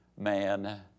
Man